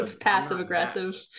passive-aggressive